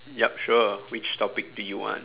yup sure which topic do you want